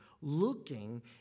looking